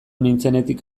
nintzenetik